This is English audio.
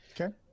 Okay